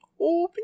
Open